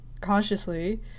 consciously